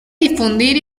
difundir